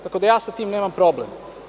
Tako da ja sa tim nemam problem.